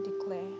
declare